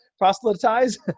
proselytize